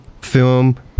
film